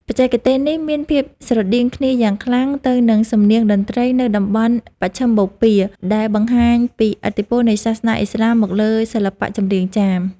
បច្ចេកទេសនេះមានភាពស្រដៀងគ្នាយ៉ាងខ្លាំងទៅនឹងសំនៀងតន្ត្រីនៅតំបន់មជ្ឈិមបូព៌ា ដែលបង្ហាញពីឥទ្ធិពលនៃសាសនាឥស្លាមមកលើសិល្បៈចម្រៀងចាម។